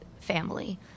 family